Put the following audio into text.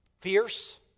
fierce